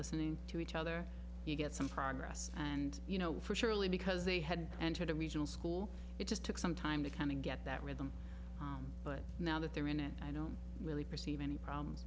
listening to each other you get some progress and you know for sure early because they had entered a regional school it just took some time to kind of get that rhythm but now that they're in it i don't really perceive any problems